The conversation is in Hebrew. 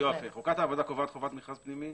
יופי, חוקת העבודה קובעת חובת מכרז פנימי?